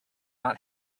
not